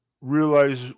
realize